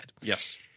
Yes